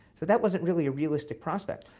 that wasn't really a realistic prospect.